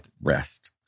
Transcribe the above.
rest